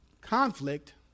conflict